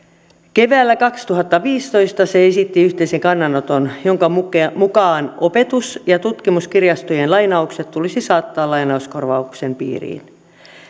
keväällä kaksituhattaviisitoista se esitti yhteisen kannanoton jonka mukaan mukaan opetus ja tutkimuskirjastojen lainaukset tulisi saattaa lainauskorvauksen piiriin